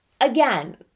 again